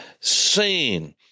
seen